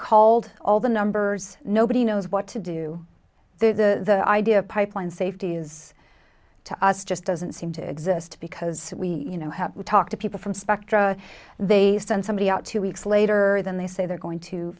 called all the numbers nobody knows what to do the idea of pipeline safety is to us just doesn't seem to exist because you know how to talk to people from spectra they send somebody out two weeks later than they say they're going to